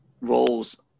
roles